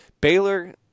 Baylor